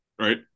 Right